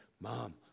Mom